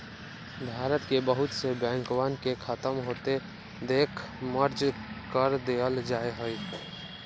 भारत के बहुत से बैंकवन के खत्म होते देख मर्ज कर देयल जाहई